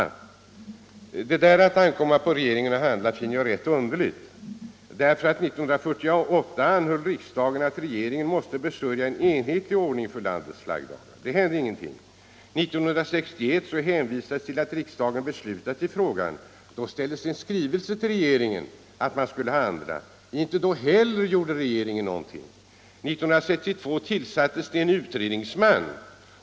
Men detta tal om att det ankommer på regeringen att handla anser jag rätt underligt. 1948 anhöll riksdagen att regeringen måtte ombesörja en enhetlig ordning för landets flaggdagar. Det hände ingenting. 1961 hänvisades till att riksdagen beslutat i frågan. Då ställdes en skrivelse till regeringen att den skulle handla. Inte heller vid det tillfället gjorde regeringen något. År 1962 tillsattes en utredningsman.